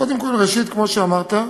קודם כול, כמו שאמרת,